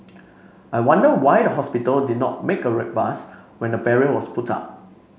I wonder why the hospital did not make a ruckus when the barrier was put up